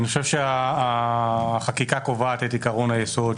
אני חושב שהחקיקה קובעת את עקרון היסוד,